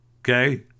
Okay